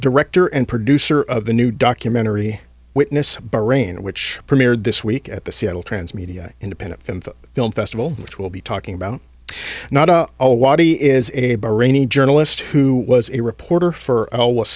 director and producer of the new documentary witness bahrain which premiered this week at the seattle transmedia independent film festival which will be talking about not a wadi is a bahraini journalist who was a reporter for